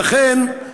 ולכן,